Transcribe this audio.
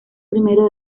primero